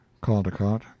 Caldecott